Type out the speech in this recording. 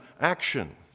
action